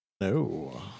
No